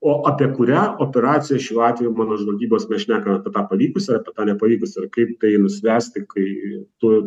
o apie kurią operaciją šiuo atveju mano žvalgybos kuri šneka apie tą pavykusią tą nepavykusią kaip tai nuspręsti kaip tu